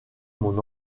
mon